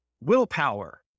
willpower